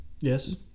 yes